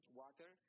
water